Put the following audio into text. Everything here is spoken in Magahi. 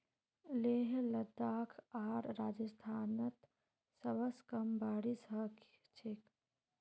लेह लद्दाख आर राजस्थानत सबस कम बारिश ह छेक